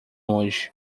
hoje